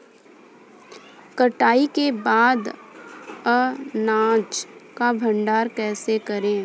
कटाई के बाद अनाज का भंडारण कैसे करें?